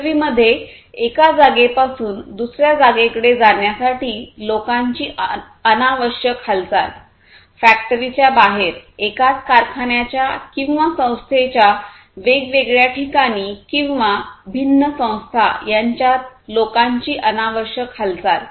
फॅक्टरीमध्ये एका जागे पासून दुसऱ्या जागेकडे जाण्यासाठी लोकांची अनावश्यक हालचाल फॅक्टरीच्या बाहेर एकाच कारखान्याच्या किंवा संस्थे च्या वेगवेगळ्या ठिकाणी किंवा भिन्न संस्था यांच्यात लोकांची अनावश्यक हालचाल